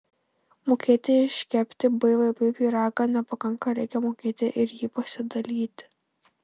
mokėti iškepti bvp pyragą nepakanka reikia mokėti ir jį pasidalyti